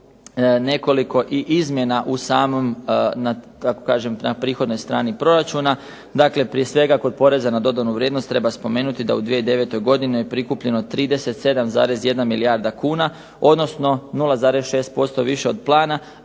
nekoliko i izmjena u samom, kako kažem, na prihodnoj strani proračuna, dakle prije svega kod poreza na dodanu vrijednost treba spomenuti da u 2009. godini je prikupljeno 37,1 milijarda kuna, odnosno 0,6% više od plana,